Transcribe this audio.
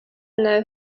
know